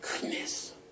goodness